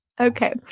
okay